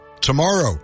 tomorrow